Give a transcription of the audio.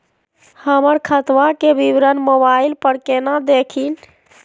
हमर खतवा के विवरण मोबाईल पर केना देखिन?